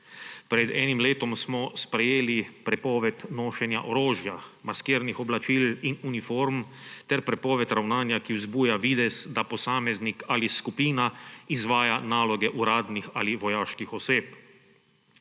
Pred enim letom smo sprejeli prepoved nošenja orožja, maskirnih oblačil in uniform ter prepoved ravnanja, ki vzbuja videz, da posameznik ali skupina izvaja naloge uradnih ali vojaških oseb.